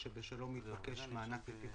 אנחנו מגדילים את המענקים ונותנים אותם בתוך